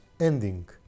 ending